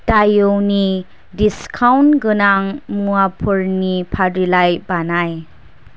दायौनि discount गोनां मुवाफोरनि फारिलाइ बानाय